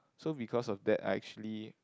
so because of that I actually